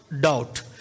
doubt